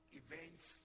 events